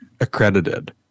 accredited